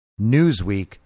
Newsweek